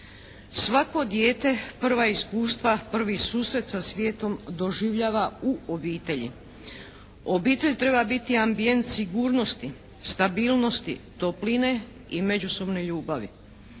Svako dijete prva iskustva, prvi susret sa svijetom doživljava u obitelji. Obitelj treba biti ambijent sigurnosti, stabilnosti, topline i međusobne ljubavi.